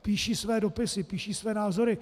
Píší své dopisy, píší své názory.